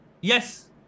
Yes